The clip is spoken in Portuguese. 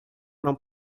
não